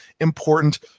important